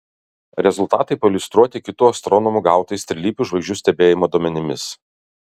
rezultatai pailiustruoti kitų astronomų gautais trilypių žvaigždžių stebėjimo duomenimis